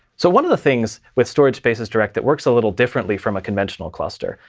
so one of the things with storage spaces direct that works a little differently from a conventional cluster,